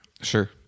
sure